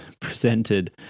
presented